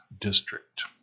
district